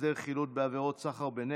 הסדר חילוט בעבירות סחר בנשק),